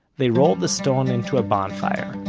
they rolled the stone into a bonfire,